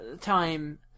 Time